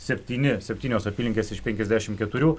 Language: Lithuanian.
septyni septynios apylinkės iš penkiadešimt keturių